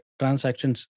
transactions